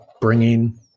bringing